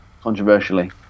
Controversially